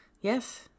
Yes